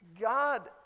God